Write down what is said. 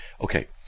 okay